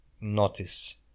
notice